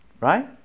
right